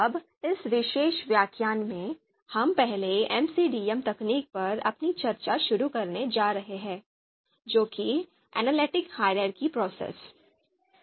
अब इस विशेष व्याख्यान में हम पहली MCDM तकनीक पर अपनी चर्चा शुरू करने जा रहे हैं जो कि Analytic Hierarchy Process है